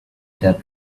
there